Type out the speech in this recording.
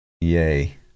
yay